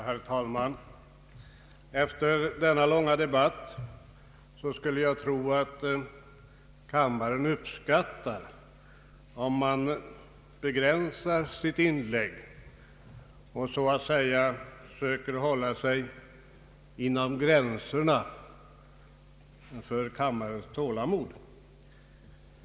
Herr talman! Efter denna långa debatt skulle jag tro att kammarens ledamöter uppskattar om jag begränsar mitt inlägg och försöker hålla mig inom gränserna för kammarledamöternas tålamod.